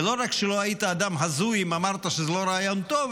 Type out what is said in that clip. ולא רק שלא היית אדם הזוי אם אמרת שזה לא רעיון טוב,